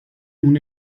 nun